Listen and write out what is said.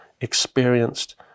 experienced